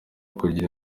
kugira